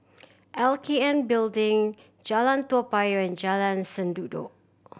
L K N Building Jalan Toa Payoh and Jalan Sendudok